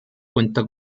cuenta